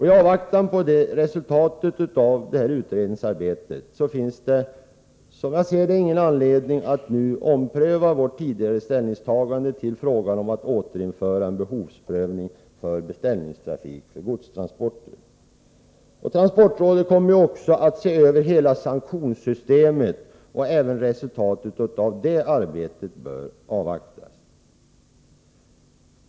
I avvaktan på resultatet av det utredningsarbetet finns det, som jag ser det, ingen anledning att nu ompröva vårt tidigare ställningstagande till frågan om att återinföra en behovsprövning för beställningstrafik för godstransporter. Transportrådet kommer också att se över hela sanktionssystemet, och även resultatet av det arbetet bör avvaktas.